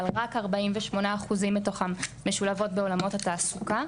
רק 48% מתוכן המשולבות בעולמות התעסוקה.